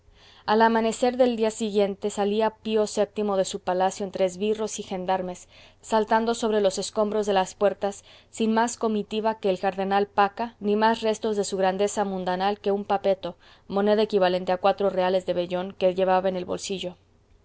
al amanecer del siguiente día salía pío vii de su palacio entre esbirros y gendarmes saltando sobre los escombros de las puertas sin más comitiva que el cardenal pacca ni más restos de su grandeza mundanal que un papetto moneda equivalente a cuatro reales de vellón que llevaba en el bolsillo